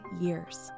years